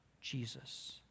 Jesus